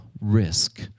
risk